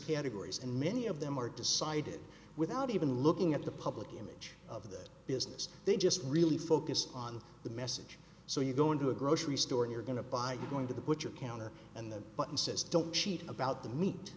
categories and many of them are decided without even looking at the public image of that business they just really focus on the message so you go into a grocery store and you're going to buy you going to the butcher counter and the but insists don't cheat about the meat